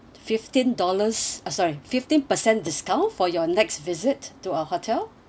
fifteen dollars uh sorry fifteen percent discount for your next visit to our hotel